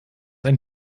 ein